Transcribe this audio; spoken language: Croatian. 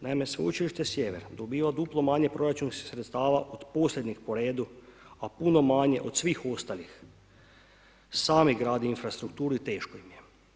Naime, Sveučilište Sjever dobiva duplo manje proračunskih sredstava od posljednjeg po redu, a puno manje od svih ostalih, sami grade infrastrukturu i teško im je.